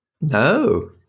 No